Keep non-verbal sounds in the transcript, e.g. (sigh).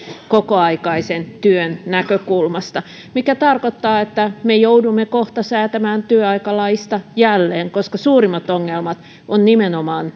kokoaikaisen työn näkökulmasta mikä tarkoittaa että me joudumme kohta säätämään työaikalaista jälleen koska suurimmat ongelmat ovat nimenomaan (unintelligible)